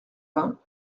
vingt